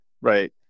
Right